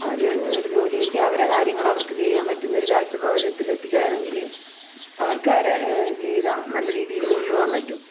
അവര് ഒരു ജോലി കിട്ടി അവരുടെ കാര്യങ്ങൾ അവർക്ക് ചെയ്യാൻ പറ്റുന്ന ഒരു കാഴ്ചപാട് ഒരു ഇതില് എത്തിക്കുകാണെങ്കില് അവർക്ക് അവരുടെ ജീവിതം നല്ല രീതിയില് കൊണ്ടുപോവാൻ പറ്റും